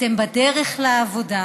אתם בדרך לעבודה.